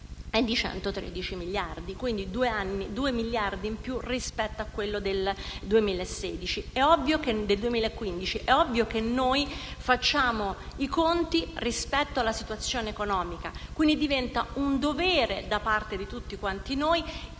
è di 113 miliardi, quindi ci sono due miliardi in più rispetto a quello del 2015. È ovvio che facciamo i conti rispetto alla situazione economica, quindi diventa un dovere da parte di tutti noi